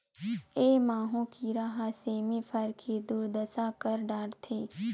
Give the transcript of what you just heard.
ए माहो कीरा ह सेमी फर के दुरदसा कर डरथे